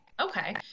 Okay